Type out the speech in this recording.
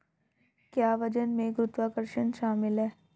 क्या वजन में गुरुत्वाकर्षण शामिल है?